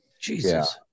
Jesus